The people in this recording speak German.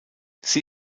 sie